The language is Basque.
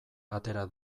atera